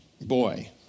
boy